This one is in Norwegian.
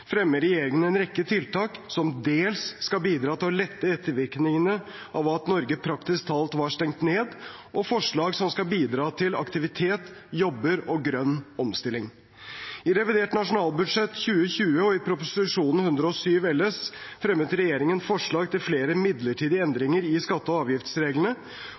fremmer regjeringen en rekke tiltak som dels skal bidra til å lette ettervirkningene av at Norge praktisk talt var stengt ned, og forslag som skal bidra til aktivitet, jobber og grønn omstilling. I revidert nasjonalbudsjett 2020 og i Prop. 107 LS for 2019–2020 fremmet regjeringen forslag til flere midlertidige endringer i skatte- og avgiftsreglene.